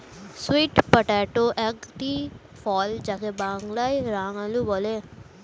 sweet potato একটি ফল যাকে বাংলায় রাঙালু বলে